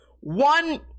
one